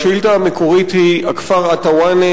השאילתא המקורית היא: הכפר א-תוואנה